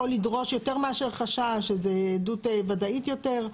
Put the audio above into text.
או לדרוש יותר מאשר חשש, שזה עדות ודאית יותר.